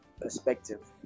perspective